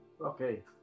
Okay